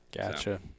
Gotcha